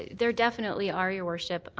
there are definitely are, your worship.